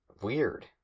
Weird